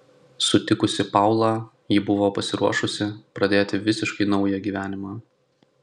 sutikusi paulą ji buvo pasiruošusi pradėti visiškai naują gyvenimą